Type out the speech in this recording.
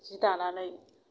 जि दानानै